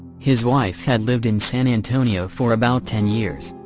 his wife had lived in san antonio for about ten years.